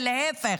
ולהפך,